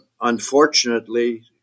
unfortunately